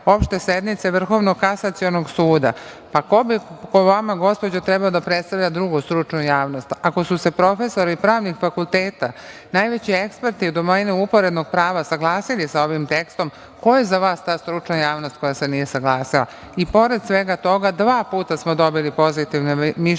opšte sednice Vrhovnog kasacionog suda. Pa, ko bi po vama, gospođo trebao da predstavlja drugu stručnu javnost, ako su se profesori pravnih fakulteta, najveći eksperti u domenu uporednog prava, saglasili sa ovim tekstom, ko je za vas ta stručna javnost koja se nije saglasila?I pored svega toga, dva puta smo dobili pozitivna mišljenja